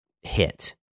hit